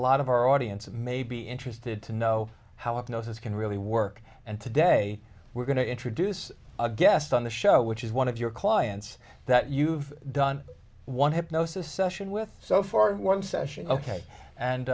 lot of our audience may be interested to know how it gnosis can really work and today we're going to introduce a guest on the show which is one of your clients that you've done one hypnosis session with so far one session ok and